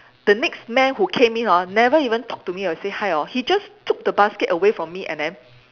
the next man who came in hor never even talk to me or say hi hor he just took the basket away from me and then